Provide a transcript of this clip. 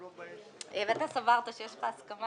לא הביעה את הסכמתה לכך, ואתה סברת שיש לך הסכמה.